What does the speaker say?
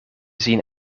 zien